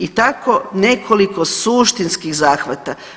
I tako nekoliko suštinskih zahvata.